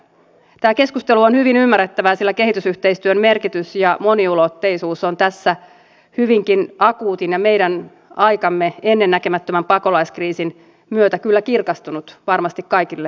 tämä keskustelu on hyvin ymmärrettävää sillä kehitysyhteistyön merkitys ja moniulotteisuus on tässä hyvinkin akuutin ja meidän aikamme ennennäkemättömän pakolaiskriisin myötä kyllä kirkastunut varmasti kaikille suomalaisille